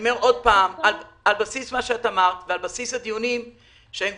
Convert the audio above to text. על בסיס מה שאמרת ועל בסיס הדיונים שנמשכים,